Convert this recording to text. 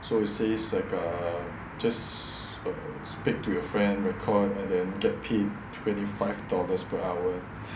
so it says like err just err speak to your friend record and then get paid twnety five dollars per hour